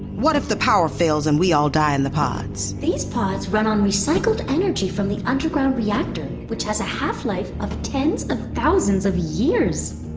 what if the power fails and we all die in the pods? these pods run on recycled energy from the underground reactor which has a half-life of tens of thousands of years